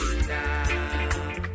now